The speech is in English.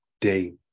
day